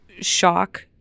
shock